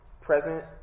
present